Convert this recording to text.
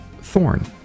Thorn